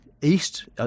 east